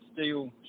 steel